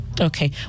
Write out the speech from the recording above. Okay